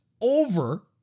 over